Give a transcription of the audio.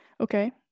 okay